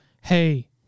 hey